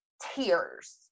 tears